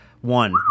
one